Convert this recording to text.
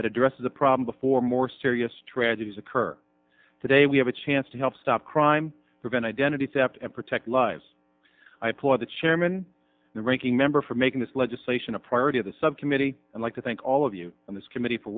that addresses a problem before more serious tragedies occur today we have a chance to help stop crime prevent identity theft and protect lives i put the chairman and ranking member for making this legislation a priority of the subcommittee and like to thank all of you in this committee for